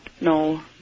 no